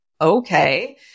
okay